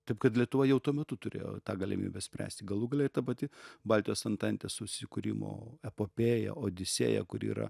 taip kad lietuva jau tuo metu turėjo tą galimybę spręsti galų gale ir ta pati baltijos antantės susikūrimo epopėja odisėja kuri yra